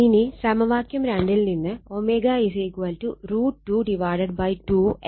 ഇനി സമവാക്യം ൽ നിന്ന് ω √22 L C R 2 C 2